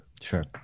Sure